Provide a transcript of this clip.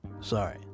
Sorry